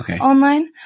online